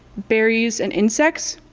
berries and insects.